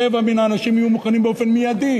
רבע מן האנשים יהיו מוכנים באופן מיידי